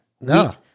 No